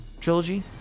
trilogy